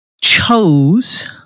chose